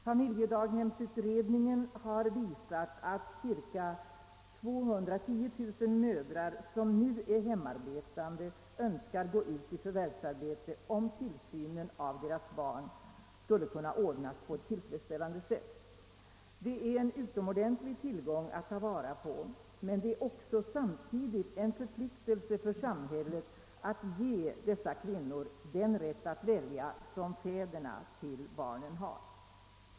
Familjedaghemsutredningen har visat att cirka 210 000 mödrar, som nu är hemarbetande, önskar gå ut i förvärvsarbete om tillsynen av deras barn kan ordnas på ett tillfredsställande sätt. Det är en utomordentlig tillgång att ta vara på, men det är samtidigt en förpliktelse för samhället att ge dessa kvinnor den rätt att välja som fäderna till barnen har.